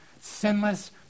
sinless